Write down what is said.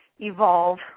evolve